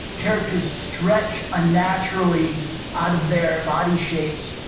characters stretch unnaturally out of their body shapes.